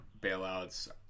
bailouts